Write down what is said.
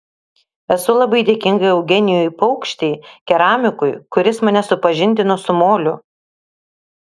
esu labai dėkinga eugenijui paukštei keramikui kuris mane supažindino su moliu